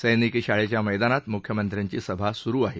सैनिकी शाळेच्या मैदानात मुख्यमंत्र्यांची सभा सुरु आहे